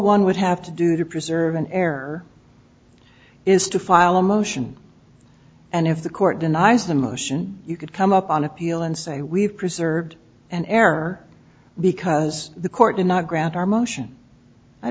one would have to do to preserve an error is to file a motion and if the court denies the motion you could come up on appeal and say we've preserved an error because the court did not grant our motion